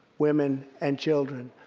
women, and children.